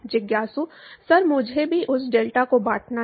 जिज्ञासुः sir मुझे भी उस डेल्टा को बांटना है